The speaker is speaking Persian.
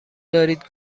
دارید